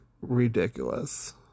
ridiculous